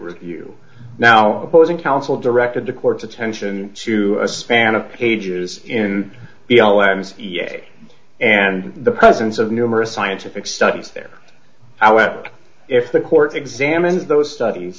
review now opposing counsel directed the court's attention to span of pages in a and the presence of numerous scientific studies there however if the court examined those studies